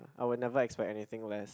I will never expect anything less